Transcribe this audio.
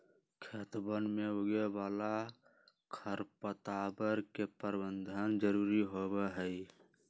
खेतवन में उगे वाला खरपतवार के प्रबंधन जरूरी होबा हई